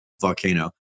volcano